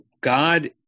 God